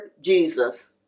Jesus